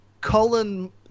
colin